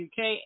UK